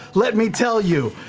let me tell you.